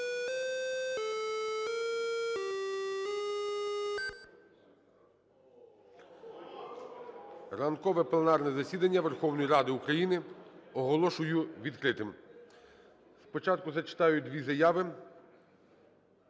Ранкове пленарне засідання Верховної Ради України оголошую відкритим. Спочатку зачитаю дві заяви.